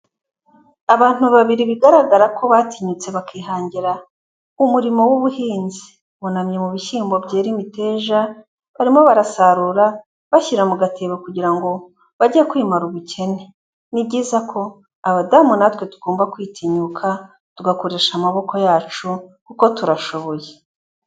Abantu babiri bigaragara ko batinyutse bakihangira umurimo w'ubuhinzi, bunamye mu bishyimbo byera imiteja, barimo barasarura bashyira mu gatebo kugira ngo bajye kwimara ubukene, ni byiza ko abadamu natwe tugomba kwitinyuka tugakoresha amaboko yacu kuko turashoboye.